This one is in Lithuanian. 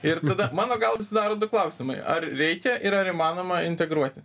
ir tada mano galva sudaro du klausimai ar reikia ir ar įmanoma integruoti